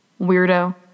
Weirdo